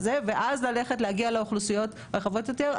ואז להגיע לאוכלוסיות רחבות יותר.